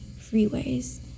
freeways